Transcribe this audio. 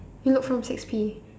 you look from six P